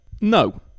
No